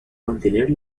mantener